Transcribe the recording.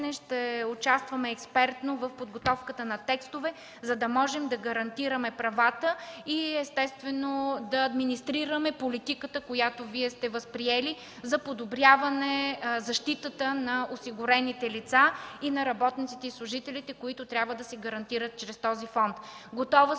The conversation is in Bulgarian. четене ще участваме експертно в подготовката на текстове, за да можем да гарантираме правата и, естествено, да администрираме политиката, която Вие сте възприели, за подобряване защитата на осигурените лица, на работниците и служителите, които трябва да се гарантират чрез този фонд. Готова съм